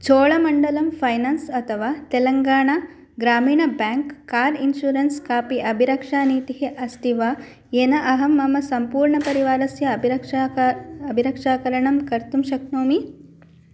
Cholamandalam finance अथवा Telangana Grameena bank car insurance कापि अभिरक्षानीतिः अस्ति वा येन अहं मम सम्पूर्णपरिवारस्य अभिरक्षाकरणम् अभिरक्षाकरणं कर्तुं शक्नोमि